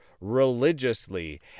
religiously